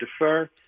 defer